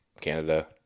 Canada